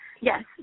yes